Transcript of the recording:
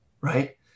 right